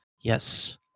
yes